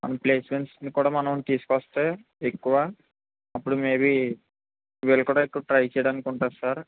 మన ప్లేస్మెంట్స్కి కూడా మనం తీసుకొస్తే ఎక్కువ అప్పుడు మేబీ వీళ్ళు కూడా ఎక్కువ ట్రై చెయ్యడానికి ఉంటుంది సార్